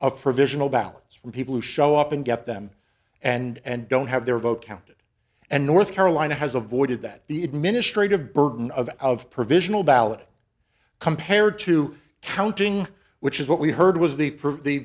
of provisional ballots from people who show up and get them and don't have their vote counted and north carolina has avoided that the administrative burden of of provisional ballot compared to counting which is what we heard was the